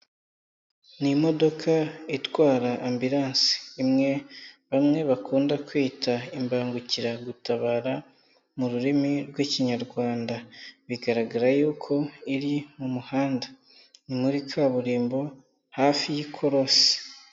Ni imodoka itwara Ambulance imwe bamwe bakunda kwita imbangukiragutabara mu rurimi rw'Ikinyarwanda, bigaragara yuko iri mu muhanda ni muri kaburimbo hafi y'ikorosi.